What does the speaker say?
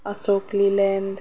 Ashok Leyland